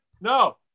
No